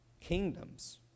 kingdoms